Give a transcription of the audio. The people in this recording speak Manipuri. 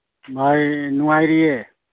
ꯚꯥꯏ ꯅꯨꯡꯉꯥꯏꯔꯤꯌꯦ